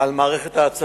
על מערכת העצבים.